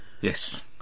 Yes